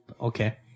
Okay